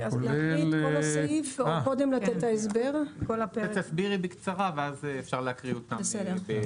תסבירי את הסעיפים בקצרה ואז יהיה אפשר להקריא אותם.